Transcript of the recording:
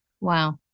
Wow